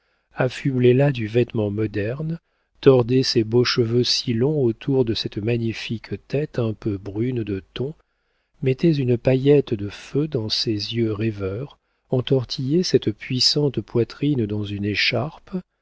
penseur affublez la du vêtement moderne tordez ces beaux cheveux si longs autour de cette magnifique tête un peu brune de ton mettez une paillette de feu dans ces yeux rêveurs entortillez cette puissante poitrine dans une écharpe